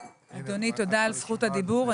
אדוני, תודה על זכות הדיבור.